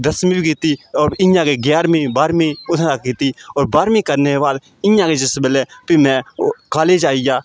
दसमीं बी कीती होर इ'यां गै ग्यारमीं बारमीं उ'त्थुआं दा गै कीती होर बारमीं करने बाद इ'यां गै जिस बैल्ले फ्ही में ओह् कॉलेज़ आइया